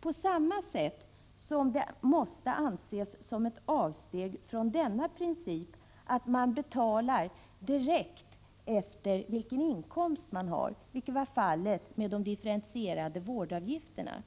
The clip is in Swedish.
På samma sätt som det måste anses som ett avsteg från denna princip att man betalar direkt efter vilken inkomst man har, vilket var fallet med de differentierade vårdavgifterna,